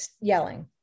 yelling